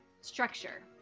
structure